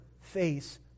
face